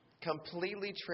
completely